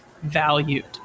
valued